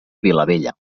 vilabella